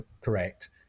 correct